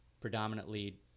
predominantly